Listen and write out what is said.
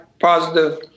positive